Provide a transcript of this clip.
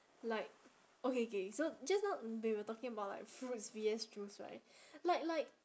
like okay K so just now we were talking about like fruits V_S juice right like like